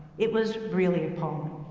it was really appalling.